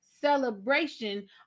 celebration